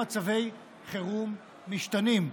למצבי חירום משתנים.